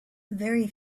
very